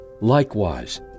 likewise